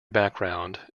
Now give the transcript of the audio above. background